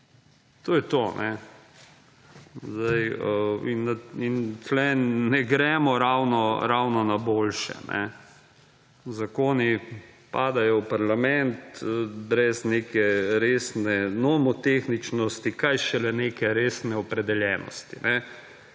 vrgli. Tukaj ne gremo ravno na boljše. Zakoni padajo v parlament brez neke resne nomotehničnosti kaj šele neke resne opredeljenosti.